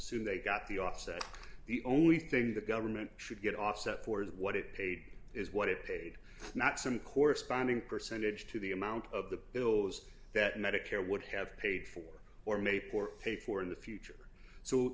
assume they got the offset the only thing the government should get offset for is what it paid is what it paid not some corresponding percentage to the amount of the bills that medicare would have paid for or mayport pay for in the future so